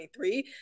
2023